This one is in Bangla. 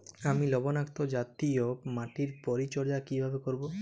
আমি লবণাক্ত জাতীয় মাটির পরিচর্যা কিভাবে করব?